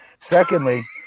Secondly